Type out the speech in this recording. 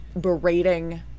berating